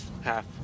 half